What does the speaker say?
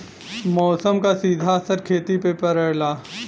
मौसम क सीधा असर खेती पे पड़ेला